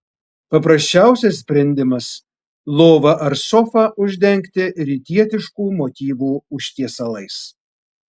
paprasčiausias sprendimas lovą ar sofą uždengti rytietiškų motyvų užtiesalais